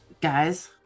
guys